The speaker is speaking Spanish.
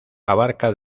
abarca